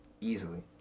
Easily